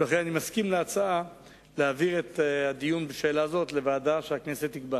ולכן אני מסכים להצעה להעביר את הדיון בשאלה זאת לוועדה שהכנסת תקבע.